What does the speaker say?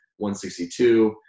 162